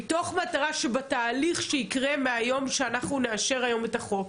מתוך מטרה שבתהליך שיקרה מהיום שאנחנו נאשר את החוק,